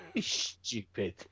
stupid